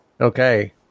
Okay